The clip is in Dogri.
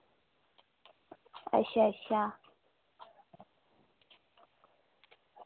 अच्छा अच्छा